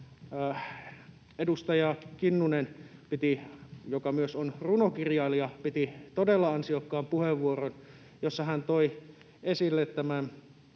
Edustaja Kinnunen, joka on myös runokirjailija, piti todella ansiokkaan puheenvuoron, jossa hän toi esille